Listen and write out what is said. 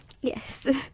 Yes